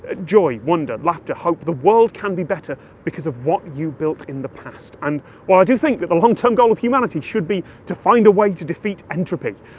ah joy. wonder. laughter. hope. the world can be better because of what you built in the past. and while i do think that the long-term goal of humanity should be to find a way to defeat entropy,